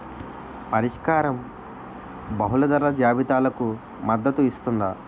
పరిష్కారం బహుళ ధరల జాబితాలకు మద్దతు ఇస్తుందా?